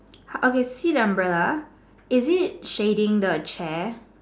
okay seat umbrella is it shading the chair